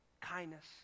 Kindness